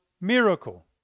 miracle